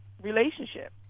relationship